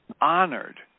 honored